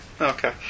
okay